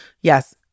yes